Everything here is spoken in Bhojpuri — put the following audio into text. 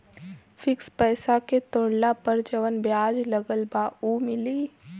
फिक्स पैसा के तोड़ला पर जवन ब्याज लगल बा उ मिली?